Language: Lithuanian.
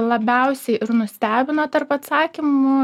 labiausiai nustebino tarp atsakymų